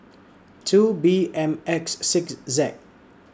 two B M X six Z